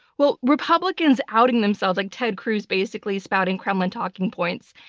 well, republicans outing themselves, like ted cruz basically spouting kremlin talking points,